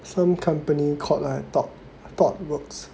some company called like dot dot works